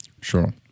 Sure